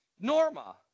Norma